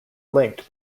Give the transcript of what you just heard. linked